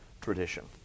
tradition